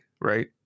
right